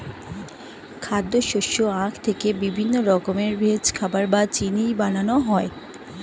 খাদ্য, শস্য, আখ থেকে বিভিন্ন রকমের ভেষজ, খাবার বা চিনি বানানো হয়